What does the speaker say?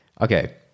Okay